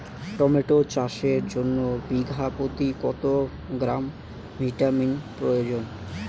Tomato চাষের জন্য বিঘা প্রতি কত গ্রাম ভিটামিন প্রয়োজন?